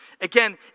Again